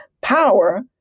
power